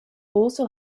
also